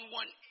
one